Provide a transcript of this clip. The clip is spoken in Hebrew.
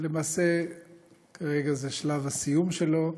שלמעשה הרגע הוא שלב הסיום שלו.